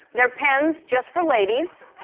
they're pens just for ladies.